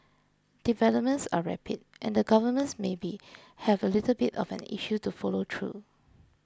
developments are rapid and the governments maybe have a little bit of an issue to follow through